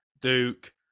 Duke